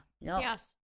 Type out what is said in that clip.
Yes